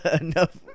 enough